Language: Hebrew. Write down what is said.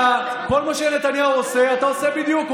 כל מה שנתניהו עושה, אתה עושה בדיוק.